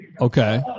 Okay